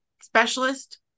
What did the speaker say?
specialist